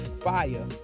fire